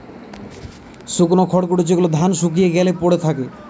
শুকনো খড়কুটো যেগুলো ধান শুকিয়ে গ্যালে পড়ে থাকে